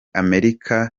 amerika